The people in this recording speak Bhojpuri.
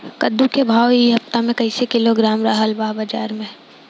कद्दू के भाव इ हफ्ता मे कइसे किलोग्राम रहल ह बाज़ार मे?